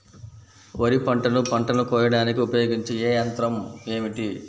వరిపంటను పంటను కోయడానికి ఉపయోగించే ఏ యంత్రం ఏమిటి?